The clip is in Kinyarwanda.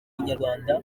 inyarwanda